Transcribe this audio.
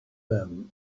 them